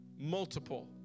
multiple